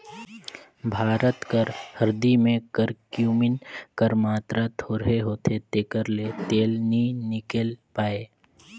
भारत कर हरदी में करक्यूमिन कर मातरा थोरहें होथे तेकर ले तेल नी हिंकेल पाए